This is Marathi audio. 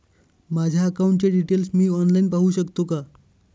माझ्या अकाउंटचे डिटेल्स मी ऑनलाईन पाहू शकतो का?